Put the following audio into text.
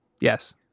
Yes